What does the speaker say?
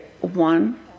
one